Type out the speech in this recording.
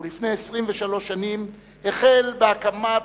ולפני 23 שנים החל בהקמת